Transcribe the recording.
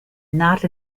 not